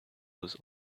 was